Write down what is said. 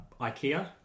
Ikea